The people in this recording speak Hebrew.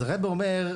אז הרבי אומר,